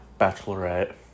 bachelorette